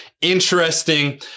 interesting